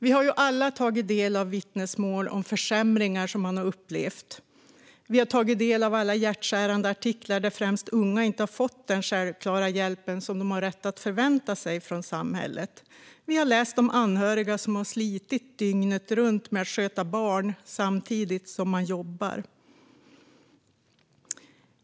Vi har alla tagit del av vittnesmål om upplevda försämringar. Vi har tagit del av alla hjärtskärande artiklar där främst unga inte har fått den självklara hjälp som de har rätt att förvänta sig från samhället. Vi har läst om anhöriga som har slitit dygnet runt med att sköta barn samtidigt som de har jobbat.